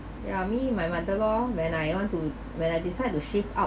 ya me my mother lor when I want to when I decide to shift out